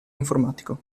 informatico